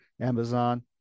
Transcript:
Amazon